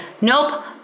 nope